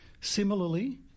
Similarly